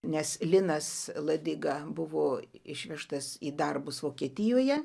nes linas ladiga buvo išvežtas į darbus vokietijoje